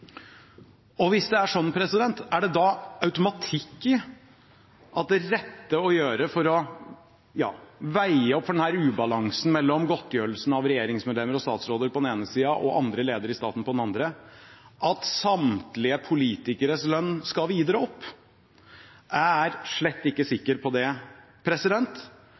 før. Hvis det er sånn, er det da automatikk i at det rette å gjøre for å veie opp for denne ubalansen mellom godtgjørelsen av regjeringsmedlemmer og statsråder på den ene siden og andre ledere i staten på den andre siden er at samtlige politikeres lønn skal videre opp? Jeg er slett ikke sikker på det.